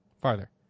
Farther